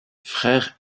frère